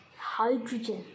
hydrogen